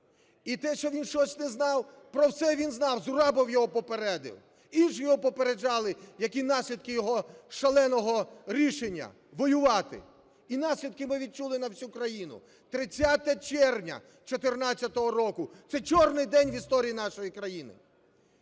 І те, що він щось не знав…про все він знав, Зурабов його попередив, інші його попереджали, які наслідки його шаленого рішення воювати. І наслідки ми відчули на всю країну. 30 червня 14-го року – це чорний день в історії нашої країни.